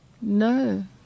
No